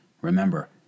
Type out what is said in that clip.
Remember